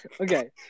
Okay